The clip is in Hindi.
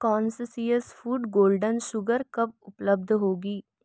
कॉन्ससियस फ़ूड गोल्डन शुगर कब उपलब्ध होगी